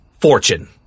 fortune